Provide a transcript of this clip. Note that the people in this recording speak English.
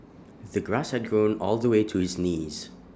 the grass had grown all the way to his knees